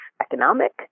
economic